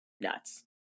nuts